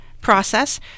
process